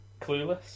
Clueless